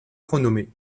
renommé